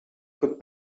could